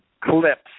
clips